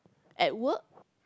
at work